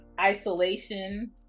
Isolation